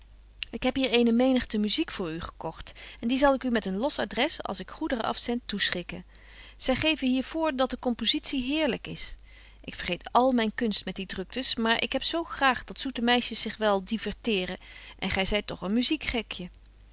ik heb hier eene menigte muziek voor u gekogt en die zal ik u met een los adres als ik goederen afzend toeschikken zy geven hier voor dat de compositie heerlyk is ik vergeet al myn kunst met die druktens maar ik heb zo graag dat zoete meisjes zich wel diverteeren en gy zyt toch een muziekgekje